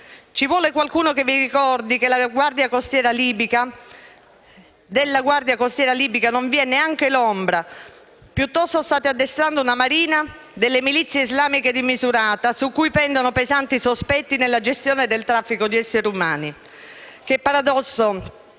ci vuole qualcuno che vi ricordi che della Guardia costiera libica non vi è neanche l'ombra. Piuttosto state addestrando la marina delle milizie islamiche di Misurata, su cui pendono pesanti sospetti nella gestione del traffico di esseri umani. Signor